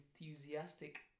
enthusiastic